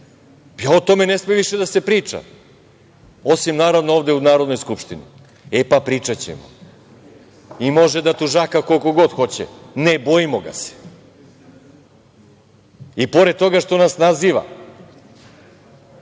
O tome ne sme više da se priča, osim naravno ovde u Narodnoj skupštini.E, pa pričaćemo i može da tužaka koliko god hoće, ne bojimo ga se i pored toga što nas naziva